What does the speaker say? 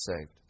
saved